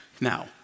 now